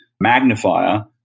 magnifier